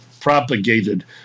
propagated